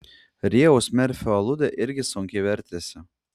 rėjaus merfio aludė irgi sunkiai vertėsi